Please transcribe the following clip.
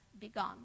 begun